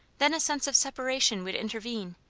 then a sense of separation would intervene,